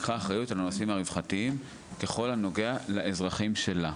לקחה אחריות על הנושאים הרווחתיים בכול הנוגע לאזרחים שלה,